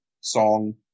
song